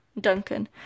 Duncan